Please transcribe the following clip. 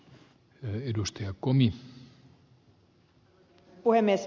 arvoisa herra puhemies